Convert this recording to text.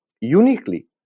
uniquely